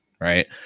right